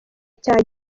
cya